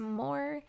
more